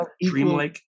dreamlike